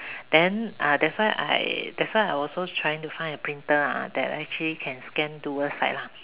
then uh that's why I that's why I also trying to find a printer ah that actually can scan dual side lah